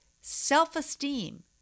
self-esteem